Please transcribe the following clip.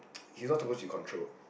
he's not supposed to be control